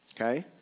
Okay